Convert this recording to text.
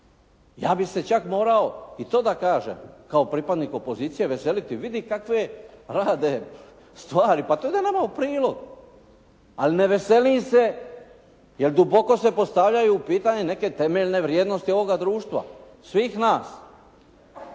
Ja bih se čak mora, i to da kažem kao pripadnik opozicije veseliti. Vidi kakve rade stvari. Pa to ide nama u prilog, ali ne veselim se jer duboko se postavljaju u pitanje neke temeljne vrijednosti ovoga društva, svih nas.